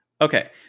Okay